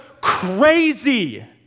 crazy